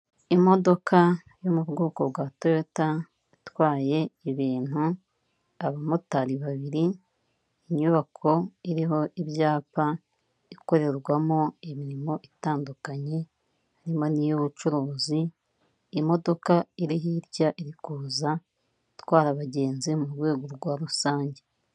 Imodoka yo mu bwoko bwa Toyota itwaye ibintu, abamotari babiri, inyubako iriho ibyapa ikorerwamo imirimo itandukanye, harimo n'iy'ubucuruzi, imodoka iri hirya iri kuza itwara abagenzi mu rwego rwa rusange.